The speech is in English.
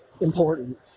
important